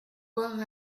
voire